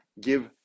give